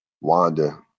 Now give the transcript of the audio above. wanda